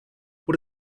what